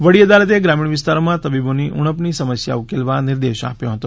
વડી અદાલતે ગ્રામીણ વિસ્તારોમાં તબીબોની ઘટની સમસ્યા ઉકેલવા નિર્દેશ આપ્યો હતો